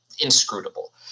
inscrutable